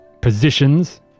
positions